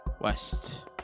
West